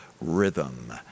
rhythm